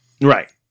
Right